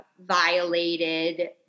violated